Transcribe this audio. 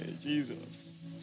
Jesus